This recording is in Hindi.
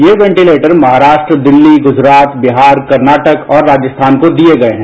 ये वेंटिलेटर महाराष्ट्र दिल्ली गुजरात बिहार कर्नाटक और राजस्थान को दिये गये हैं